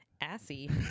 assy